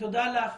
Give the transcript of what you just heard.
תודה לך.